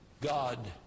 God